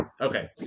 Okay